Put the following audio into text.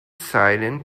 silent